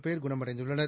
பேர் குணமடைந்துள்ளனர்